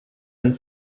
and